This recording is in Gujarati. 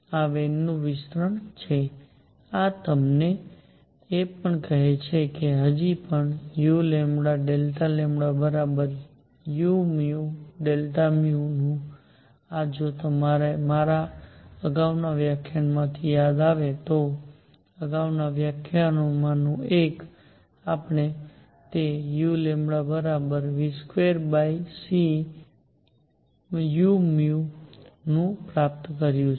આ વેનનું વિતરણ છે આ તમને એ પણ કહે છે કે હજી uΔλuΔν નુ અને જો તમને મારા અગાઉના વ્યાખ્યાનમાંથી યાદ આવે તો અગાઉના વ્યાખ્યાનોમાંનું એક આપણે તે u2cu નુ પ્રાપ્ત કર્યું છે